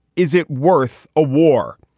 is it worth a war?